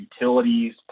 utilities